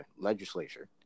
legislature